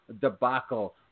debacle